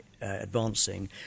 advancing